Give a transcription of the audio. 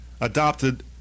adopted